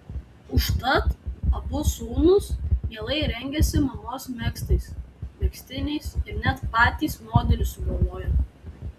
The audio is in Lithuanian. užtat abu sūnūs mielai rengiasi mamos megztais megztiniais ir net patys modelius sugalvoja